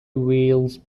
wheels